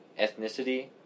ethnicity